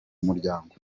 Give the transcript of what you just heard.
muryango